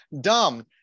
dumb